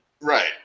right